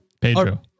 Pedro